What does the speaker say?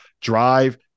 drive